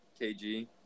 KG